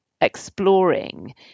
exploring